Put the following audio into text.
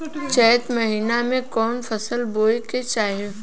चैत महीना में कवन फशल बोए के चाही?